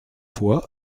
foy